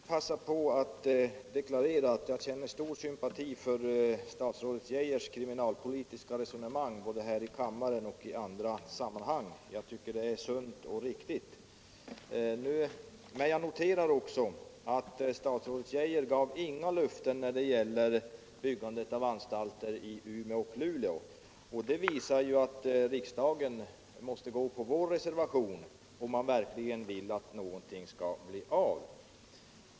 Herr talman! Jag vill passa på att deklarera att jag känner stor sympati för statsrådet Geijers kriminalpolitiska resonemang både här i kammaren och i andra sammanhang. Jag tycker att det är sunt och riktigt. Men jag noterar också att statsrådet Geijer inte gav några löften när det gäller byggandet av anstalter i Umeå och Luleå. Det visar att riksdagen måste gå på vår reservation, om man verkligen vill att någonting skall bli av.